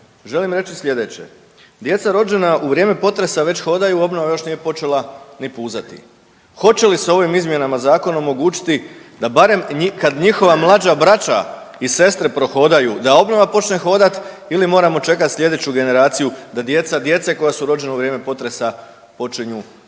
želim reći sljedeće. Djeca rođena u vrijeme potresa već hodaju, obnova još nije počela ni puzati. Hoće li se ovim izmjenama zakona omogućiti da barem, kad njihova mlađa braća i sestre prohodaju, da obnova počne hodati ili moramo čekati sljedeću generaciju da djeca djece koja su rođena u vrijeme potresa počinju, počnu